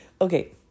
okay